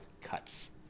cuts